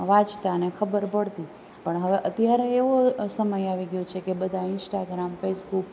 વાંચતા અને ખબર પડતી પણ અત્યારે હવે એવો સમય આવી ગયો છે કે બધા ઈન્સ્ટાગ્રામ ફેસબુક